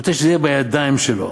הוא רוצה שזה יהיה בידיים שלו.